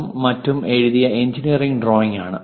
Bhatt മറ്റും എഴുതിയ engineering ഡ്രോയിംഗാണ്